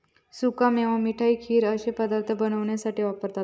सुका मेवा मिठाई, खीर अश्ये पदार्थ बनवण्यासाठी वापरतत